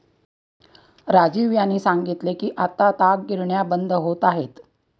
राजीव यांनी सांगितले की आता ताग गिरण्या बंद होत आहेत